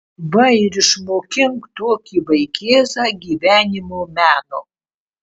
va ir išmokink tokį vaikėzą gyvenimo meno